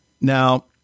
Now-